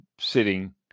sitting